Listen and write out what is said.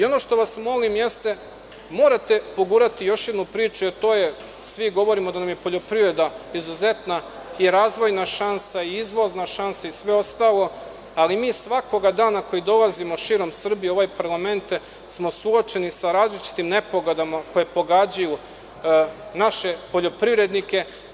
Ono što vas molim jeste da morate pogurati još jednu priču jer to je, svi govorimo da nam je poljoprivreda izuzetna i razvojna šansa, izvozna šansa i sve ostalo, ali svakoga dana mi koji dolazimo širom Srbije u ovaj parlament smo suočeni sa različitim nepogodama koje pogađaju naše poljoprivrednike.